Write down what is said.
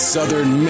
Southern